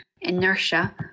inertia